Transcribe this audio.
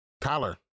Tyler